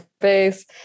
face